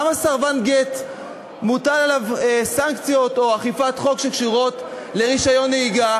למה על סרבן גט מוטלות סנקציות או אכיפת חוק שקשורות לרישיון נהיגה?